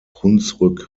hunsrück